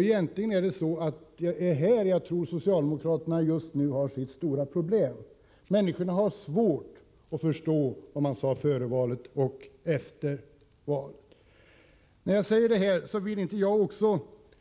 Egentligen är det här som jag tror socialdemokraterna just nu har sina stora problem. Människorna har svårt att förstå sambandet mellan vad man sade före valet och vad man säger efter valet. 131 Jag vill inte